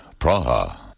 Praha